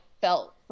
felt